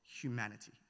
humanity